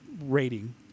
rating